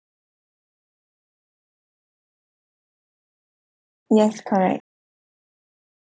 yes correct